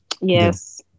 Yes